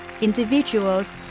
individuals